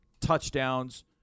touchdowns